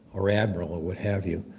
or admiral or what have you,